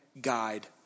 guide